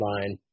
line